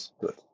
good